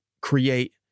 create